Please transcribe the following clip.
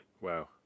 wow